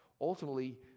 ultimately